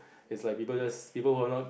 it's like people just people who are not